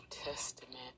Testament